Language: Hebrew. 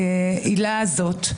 העילה הזאת,